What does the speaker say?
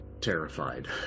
terrified